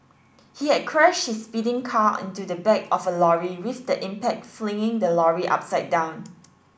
he had crashed his speeding car into the back of a lorry with the impact flipping the lorry upside down